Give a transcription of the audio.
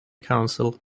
council